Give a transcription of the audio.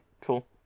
cool